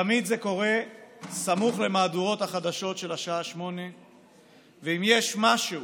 תמיד זה קורה סמוך למהדורות החדשות של השעה 20:00. ואם יש משהו